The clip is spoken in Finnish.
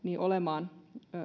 olemaan